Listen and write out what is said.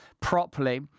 properly